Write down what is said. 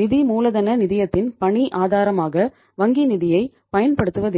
நிதி மூலதன நிதியத்தின் பணி ஆதாரமாக வங்கி நிதியைப் பயன்படுத்துவதில்லை